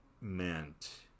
meant